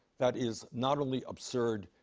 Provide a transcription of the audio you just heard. that is not only absurd,